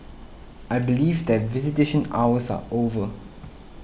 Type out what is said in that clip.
I believe that visitation hours are over